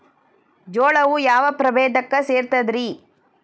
ಜೋಳವು ಯಾವ ಪ್ರಭೇದಕ್ಕ ಸೇರ್ತದ ರೇ?